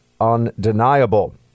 undeniable